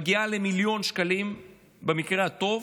מגיעה למיליון שקלים במקרה הטוב,